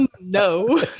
No